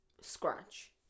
Scratch